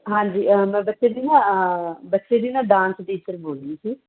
ਹਾਂਜੀ ਮੈਂ ਬੱਚੇ ਦੀ ਨਾ ਬੱਚੇ ਦੀ ਨਾ ਡਾਂਸ ਟੀਚਰ ਬੋਲਦੀ ਸੀ